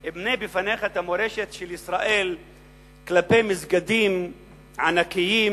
את המורשת של ישראל כלפי מסגדים ענקיים